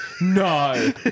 No